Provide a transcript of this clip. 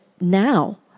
now